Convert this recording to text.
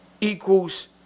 equals